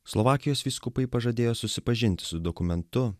slovakijos vyskupai pažadėjo susipažinti su dokumentu